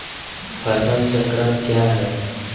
फसल चक्रण क्या है?